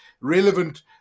relevant